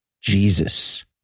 Jesus